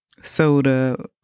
soda